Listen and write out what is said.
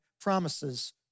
promises